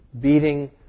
beating